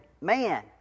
man